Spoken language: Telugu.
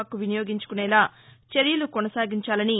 హక్కు వినియోగించుకునేలా చర్యలు కొనసాగించాలని